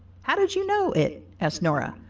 how did you know it? asked nora,